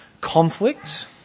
conflict